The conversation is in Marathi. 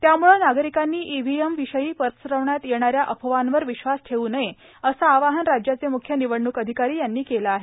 त्यामुळं नागरिकांनी ईव्हीएमविषयी पसरविण्यात येणाऱ्या अफवांवर विश्वास ठेऊ नये असं आवाहन राज्याचे मुख्य निवडणूक अधिकारी यांनी केलं आहे